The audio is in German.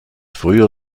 früher